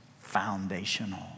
foundational